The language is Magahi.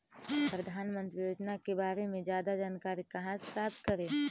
प्रधानमंत्री योजना के बारे में जादा जानकारी कहा से प्राप्त करे?